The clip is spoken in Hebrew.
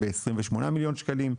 ב-28 מיליון שקלים.